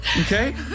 okay